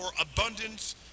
abundance